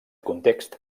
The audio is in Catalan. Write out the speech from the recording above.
context